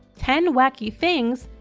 ten wacky things!